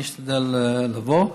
אני אשתדל לבוא,